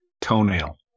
Toenail